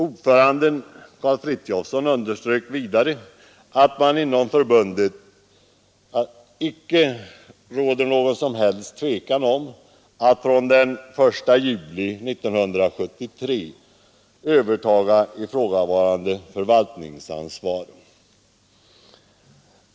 Ordföranden Karl Frithiofson underströk vidare att det inom förbundet inte råder någon som helst tvekan när det gäller att från den 1 juli 1973 övertaga ifrågavarande förvaltningsansvar.